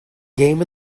game